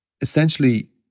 Essentially